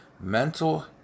mental